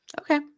okay